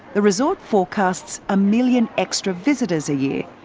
the resort forecasts a million extra visitors a year.